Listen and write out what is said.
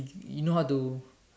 you know how to